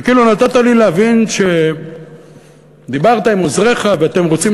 וכאילו נתת לי להבין שדיברת עם עוזריך ואתם רוצים